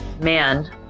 Man